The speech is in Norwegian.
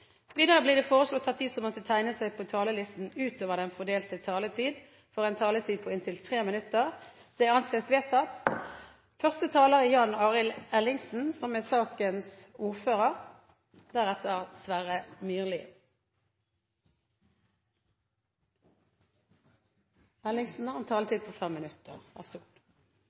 Videre blir det foreslått at de som måtte tegne seg på talerlisten utover den fordelte taletid, får en taletid på inntil 3 minutter. – Det anses vedtatt. La meg starte med å si at utenriks- og forsvarskomiteen skal ha sin sommerfest kl. 18 i dag. Så